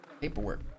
paperwork